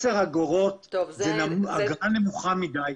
10 אגורות זה אגרה נמוכה מדי.